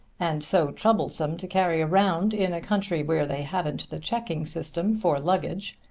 and so troublesome to carry around, in a country where they haven't the checking system for luggage,